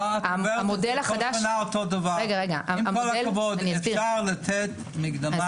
עם כל הכבוד, אפשר לתת מקדמה.